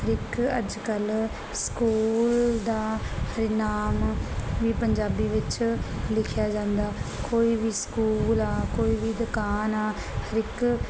ਹਰ ਇੱਕ ਅੱਜ ਕੱਲ ਸਕੂਲ ਦਾ ਹਰਨਾਮ ਵੀ ਪੰਜਾਬੀ ਵਿੱਚ ਲਿਖਿਆ ਜਾਂਦਾ ਕੋਈ ਵੀ ਸਕੂਲ ਆ ਕੋਈ ਵੀ ਦੁਕਾਨ ਆ ਹਰ ਇੱਕ